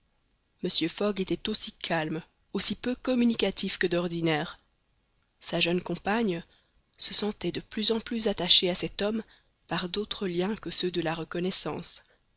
mr fogg était aussi calme aussi peu communicatif que d'ordinaire sa jeune compagne se sentait de plus en plus attachée à cet homme par d'autres liens que ceux de la reconnaissance